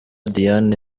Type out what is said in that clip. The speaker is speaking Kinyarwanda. diane